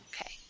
Okay